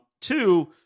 two